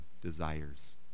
desires